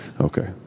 Okay